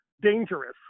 dangerous